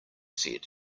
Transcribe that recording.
said